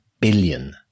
billion